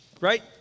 Right